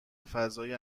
فضای